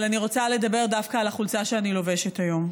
אבל אני רוצה לדבר דווקא על החולצה שאני לובשת היום.